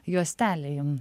juostelė jum